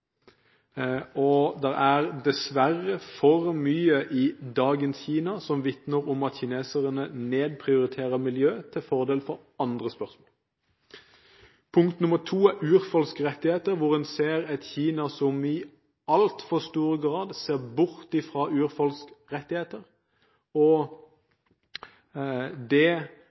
er dessverre for mye i dagens Kina som vitner om at kineserne nedprioriterer miljø til fordel for andre spørsmål. Punkt nr. to gjelder urfolks rettigheter: Man ser et Kina som i altfor stor grad ser bort fra urfolks rettigheter. Det